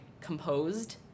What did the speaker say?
composed